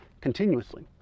continuously